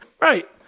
Right